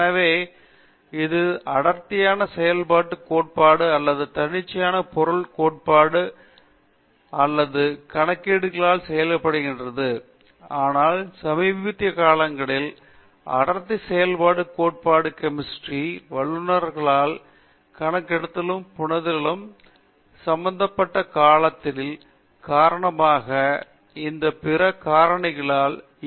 எனவே இது அடர்த்தியான செயல்பாட்டுக் கோட்பாடு அல்லது தன்னியக்க எரிபொருள் கோட்பாடு அல்லது கணக்கீடுகளால் செய்யப்படுகிறது ஆனால் சமீபத்திய காலங்களில் அடர்த்தி செயல்பாட்டுக் கோட்பாடு கெமிஸ்ட்ரி வல்லுநர்களால் கணக்கிடுதலும் புரிந்துணர்வுடனும் சம்பந்தப்பட்ட காலத்தின் காரணமாக இந்த பிற காரணிகளால் இயங்க முடிகிறது